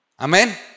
Amen